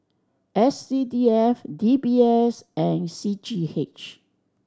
S C D F D B S and C G H